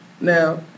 Now